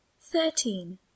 thirteen